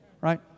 right